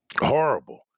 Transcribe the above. Horrible